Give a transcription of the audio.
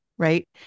Right